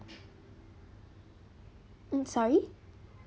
um sorry